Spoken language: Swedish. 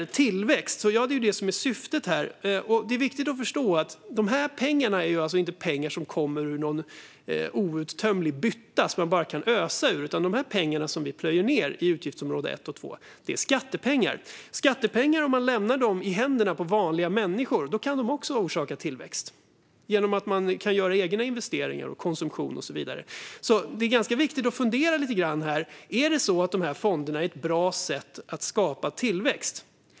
Tillväxt är ju det som är syftet här. Det är viktigt att förstå att de här pengarna inte kommer ur en outtömlig bytta som det går att bara ösa ur, utan de pengar vi plöjer ned i utgiftsområdena 1 och 2 är skattepengar. Om man lämnar skattepengar i händerna på vanliga människor kan de också orsaka tillväxt, genom att folk kan göra egna investeringar, konsumera och så vidare. Det är alltså ganska viktigt att fundera lite grann på om de här fonderna är ett bra sätt att skapa tillväxt.